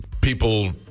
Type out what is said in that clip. people